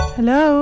Hello